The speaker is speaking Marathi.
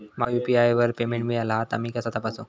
माका यू.पी.आय वर पेमेंट मिळाला हा ता मी कसा तपासू?